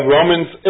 Romans